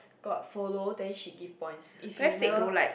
got follow then she give point if you never